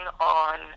on